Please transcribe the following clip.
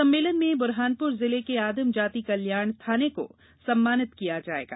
सम्मेलन में बुरहानपुर जिले के आदिम जाति कल्याण थाने को सम्मानित किया जायेगा